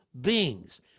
beings